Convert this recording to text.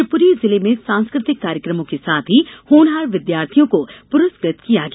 शिवपूरी जिले में सांस्कृतिक कार्यक्रमों के साथ ही होनहार विद्यार्थियों को पुरस्कृत किया गया